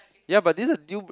ya but this is a deal